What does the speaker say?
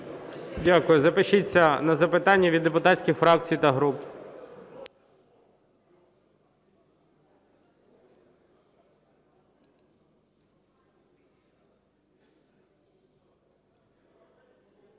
Дякую. Запишіться на запитання від депутатських фракцій та груп.